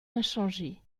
inchangée